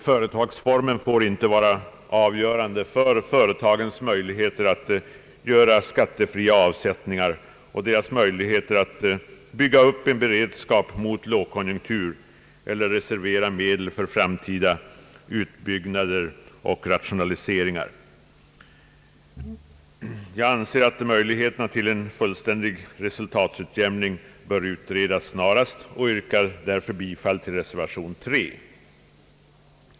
Företagsformen får inte vara avgörande för företagens möjligheter att göra skattefria avsättningar och för deras möjligheter att bygga upp en beredskap mot lågkonjunktur eller att reservera medel för framtida utbyggnader och rationaliseringar. Jag anser att möjligheterna att införa en fullständig resultatutjämning bör utredas snarast möjligt och yrkar därför bifall till reservation 3.